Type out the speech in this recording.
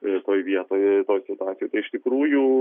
toj vietoj toj situacijoj tai iš tikrųjų